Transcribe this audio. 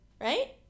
right